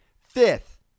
Fifth